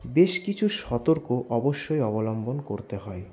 বেশ কিছু সতর্ক অবশ্যই অবলম্বন করতে হয়